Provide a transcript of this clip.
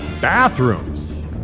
bathrooms